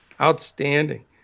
Outstanding